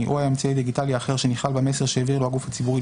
או האמצעי הדיגיטלי האחר שנכלל במסר שהעביר לו הגוף הציבורי,